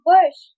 Bush